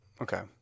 Okay